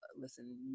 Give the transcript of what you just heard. listen